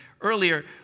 earlier